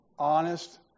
Honest